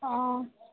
অঁ